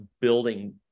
building